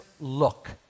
look